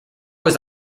was